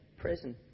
prison